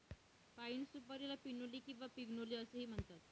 पाइन सुपारीला पिनोली किंवा पिग्नोली असेही म्हणतात